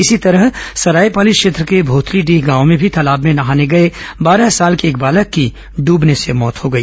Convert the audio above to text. इसी तरह सरायपाली क्षेत्र के भोथलडीह गांव में भी तालाब में नहाने गए बारह साल के एक बालक की डबने से मृत्य हो गई